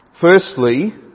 Firstly